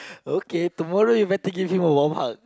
okay tomorrow you better give him a warm hug